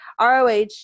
roh